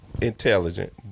intelligent